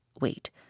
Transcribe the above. Wait